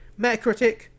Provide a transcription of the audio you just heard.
Metacritic